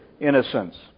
innocence